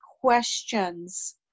questions